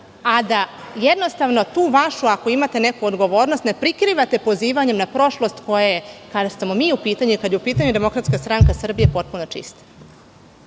a da jednostavno tu vašu, ako imate neku odgovornost, ne prikrivate pozivanjem na prošlost koja je, kada smo mi u pitanju i kada je u pitanju DSS, potpuno čista.